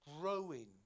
growing